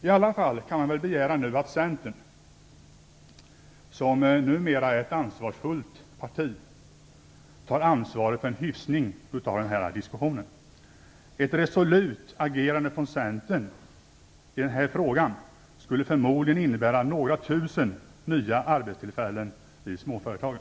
Man kan väl i alla fall begära att Centern, som numera är ett ansvarsfullt parti, tar ansvaret för en hyfsning av diskussionen. Ett resolut agerande från Centern i den här frågan skulle förmodligen innebära några tusen nya arbetstillfällen i småföretagen.